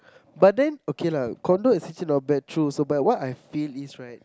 but then okay lah condo is actually not bad true but what I feel is right